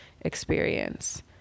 experience